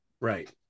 Right